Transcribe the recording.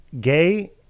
gay